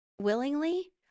willingly